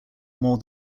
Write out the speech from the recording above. more